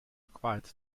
required